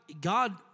God